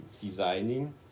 designing